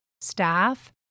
staff